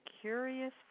curious